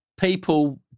People